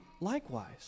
likewise